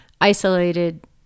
isolated